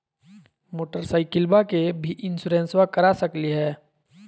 मोटरसाइकिलबा के भी इंसोरेंसबा करा सकलीय है?